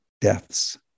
deaths